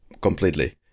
completely